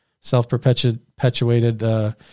self-perpetuated